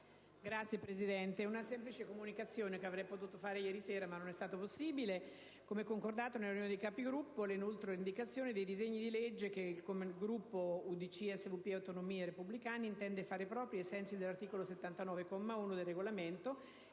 Signora Presidente, una semplice comunicazione, che avrei potuto fare ieri sera, ma non è stato possibile. Come concordato nella riunione dei Capigruppo, le inoltro l'indicazione dei disegni di legge che il Gruppo UDC, SVP, Autonomie, Repubblicani intende fare propri, ai sensi dell'articolo 79, comma 1, del Regolamento,